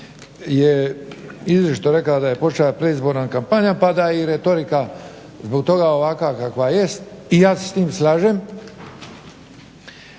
je izričito rekao da je počela predizborna kampanja pa da je i retorika zbog toga ovakva kakva jest i ja se s tim slažem.